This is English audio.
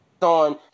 on